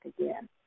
again